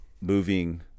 moving